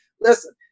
Listen